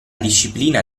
disciplina